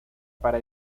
para